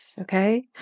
okay